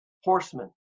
horsemen